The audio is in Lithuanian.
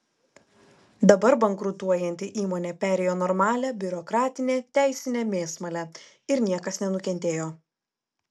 dabar bankrutuojanti įmonė perėjo normalią biurokratinę teisinę mėsmalę ir niekas nenukentėjo